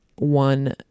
one